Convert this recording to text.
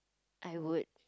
I would